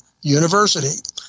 University